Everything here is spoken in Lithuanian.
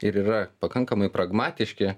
ir yra pakankamai pragmatiški